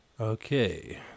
Okay